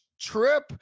trip